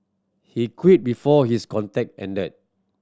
he quit before his contract ended